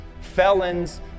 felons